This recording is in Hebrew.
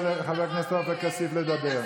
חברת הכנסת טלי גוטליב,